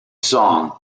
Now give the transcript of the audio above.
song